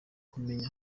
kumenya